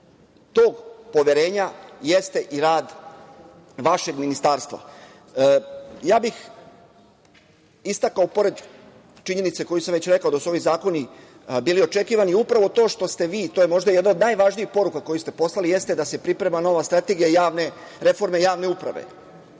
tog poverenja jeste i rad vašeg ministarstva. Pored činjenice koju sam već rekao, da su ovi zakoni bili očekivani, upravo to što ste vi, to je možda jedna od najvažnijih poruka koje ste poslali, jeste da se priprema nova strategija reforme javne uprave,